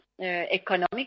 Economic